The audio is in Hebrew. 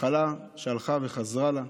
מחלה שהלכה וחזרה לה,